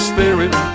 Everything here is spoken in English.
Spirit